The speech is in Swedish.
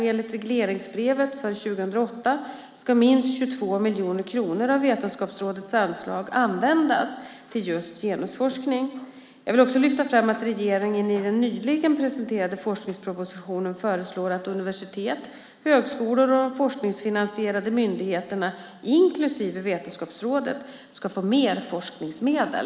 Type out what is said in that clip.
Enligt regleringsbrevet för år 2008 ska minst 22 miljoner kronor av Vetenskapsrådets anslag användas till just genusforskning. Jag vill också lyfta fram att regeringen i den nyligen presenterade forskningspropositionen föreslår att universiteten, högskolorna och de forskningsfinansierande myndigheterna, inklusive Vetenskapsrådet, ska få mer forskningsmedel.